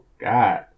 God